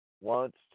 wants